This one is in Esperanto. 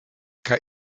kaj